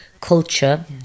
culture